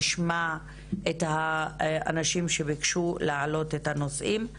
נשמע את האנשים שביקשו להעלות את הנושאים,